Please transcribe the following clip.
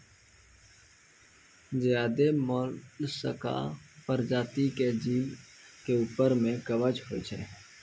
ज्यादे मोलसका परजाती के जीव के ऊपर में कवच होय छै